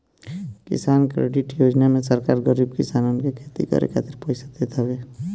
किसान क्रेडिट योजना में सरकार गरीब किसानन के खेती करे खातिर पईसा देत हवे